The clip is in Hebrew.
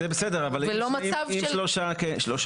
זה בסדר, אבל אם שלושה כן?